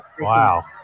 Wow